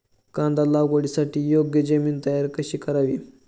कांदा लागवडीसाठी योग्य जमीन तयार कशी करावी?